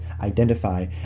identify